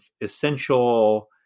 essential